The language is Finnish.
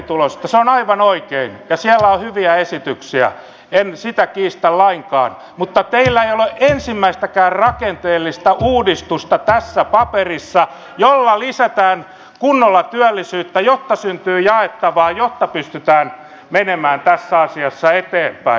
se on aivan oikein ja siellä on hyviä esityksiä en sitä kiistä lainkaan mutta teillä ei ole ensimmäistäkään rakenteellista uudistusta tässä paperissa jolla lisätään kunnolla työllisyyttä jotta syntyy jaettavaa jotta pystytään menemään tässä asiassa eteenpäin